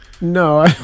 No